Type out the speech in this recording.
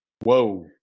Whoa